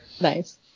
Nice